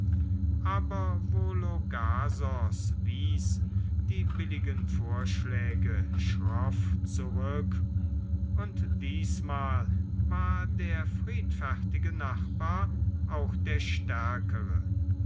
aber vologasos wies die billigen vorschläge schroff zurück und diesmal war der friedfertige nachbar auch der stärkere